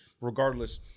Regardless